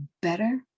better